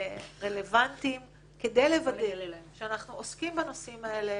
רלוונטיים כדי --- שאנחנו עוסקים בנושאים האלה